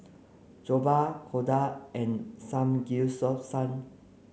Jokbal Dhokla and Samgeyopsal